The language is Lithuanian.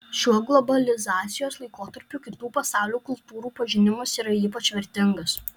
šiuo globalizacijos laikotarpiu kitų pasaulio kultūrų pažinimas yra ypač vertingas